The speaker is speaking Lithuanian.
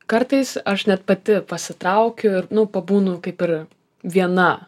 kartais aš net pati pasitraukiu ir nu pabūnu kaip ir viena